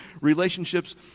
relationships